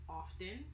often